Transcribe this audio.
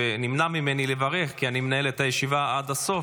ונמנע ממני לברך כי אני מנהל את הישיבה עד הסוף,